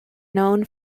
known